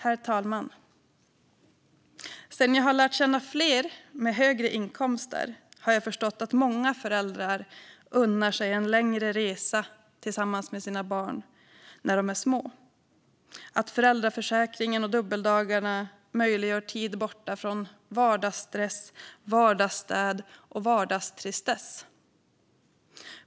Herr talman! Sedan jag lärt känna fler med högre inkomster har jag förstått att många föräldrar unnar sig en längre resa tillsammans med sina barn när de är små, att föräldraförsäkringen och dubbeldagarna möjliggör tid borta från vardagsstress, vardagsstäd och vardagstristess.